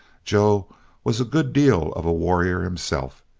joe was a good deal of a warrior himself.